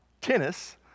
tennis